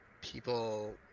people